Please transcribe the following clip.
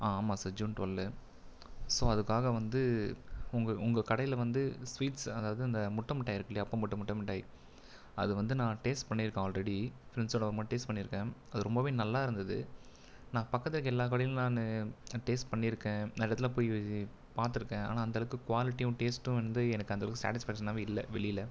ஆமாம் sir June twelve so அதுக்காக வந்து உங்கள் உங்கள் கடையில் வந்து ஸ்வீட்ஸ் அதாவது அந்த முட்டை முட்டாய் இருக்கில்லையா முட்டை முட்ட முட்டாய் அதை வந்து நான் டேஸ்ட் பண்ணியிருக்கன் ஆல்ரெடி ஃப்ரெண்ட்சோடய டேஸ்ட் பண்ணியிருக்கன் அது ரொம்பவே நல்ல இருந்தது நான் பக்கத்தில் இருக்க எல்லா கடைலேயும் நான் டேஸ்ட் பண்ணியிருக்கன் நிறைய இதில் போய் பார்த்துருக்கன் ஆனால் அந்த அளவுக்கு குவாலிட்டியும் டேஸ்ட்டும் வந்து எனக்கு அந்த அளவுக்கு சேட்டிஸ்ஃபாக்ஷனாவே இல்லை வெளியில்